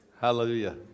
Hallelujah